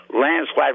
landslide